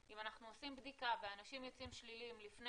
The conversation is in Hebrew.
אם אנחנו עושים בדיקה ואנשים יוצאים שליליים לפני